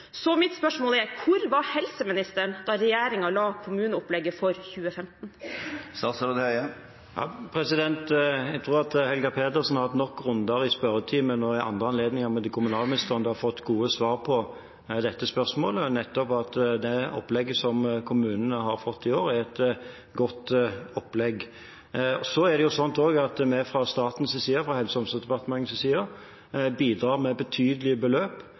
Så mitt spørsmål er: Hvor var helseministeren da regjeringen la kommuneopplegget for 2015? Jeg tror at Helga Pedersen har hatt nok runder i spørretimen og ved andre anledninger, også med kommunalministeren, hvor hun har fått gode svar på dette spørsmålet, nettopp at det opplegget som kommunene har fått i år, er et godt opplegg. Så er det jo også slik at vi fra statens side, fra Helse- og omsorgsdepartementets side, bidrar med betydelige beløp